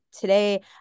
today